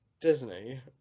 Disney